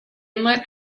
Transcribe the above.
inlet